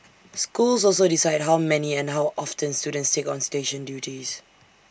schools also decide how many and how often students take on station duties